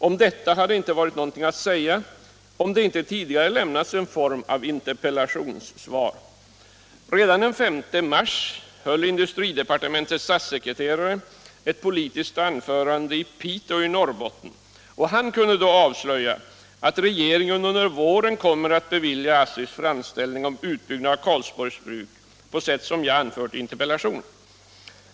Om detta hade inte varit något att säga, ifall det inte tidigare lämnats en form av interpellationssvar. Redan den 5 mars höll industridepartementets statssekreterare ett politiskt anförande i Piteå i Norrbotten, och han kunde då avslöja att regeringen under våren kommer att bifalla ASSI:s framställning om utbyggnad av Karlsborgs Bruk, på sätt som jag anfört i interpellationen.